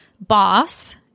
boss